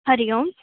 हरिः ओम्